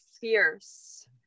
fierce